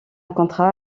contrat